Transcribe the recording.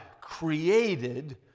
created